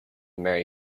merry